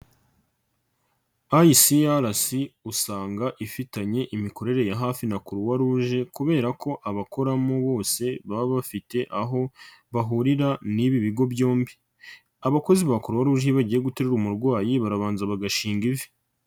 ICRC usanga ifitanye imikorere ya hafi na Croix Rouge kubera ko abakoramo bose baba bafite aho bahurira n'ibi bigo byombi, abakozi ba Crox rouge iyo bagiye guterura umurwayi barabanza bagashinga ivi.